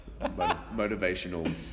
Motivational